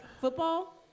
football